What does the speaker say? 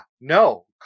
no